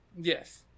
Yes